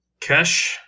Kesh